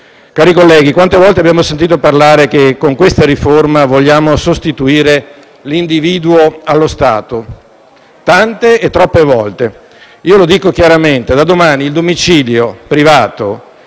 Cari colleghi, quante volte abbiamo sentito dire che con questa riforma vogliamo sostituire l'individuo allo Stato? Tante, troppe volte. Lo dico chiaramente: da domani il domicilio privato